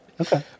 Okay